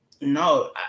no